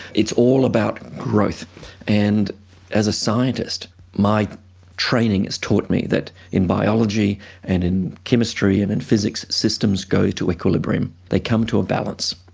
it's all about growth and as a scientist my training has taught me that in biology and in chemistry and in physics, systems go to equilibrium. they come to a balance.